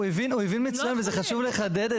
הוא הבין מצוין וזה חשוב לחדד את זה.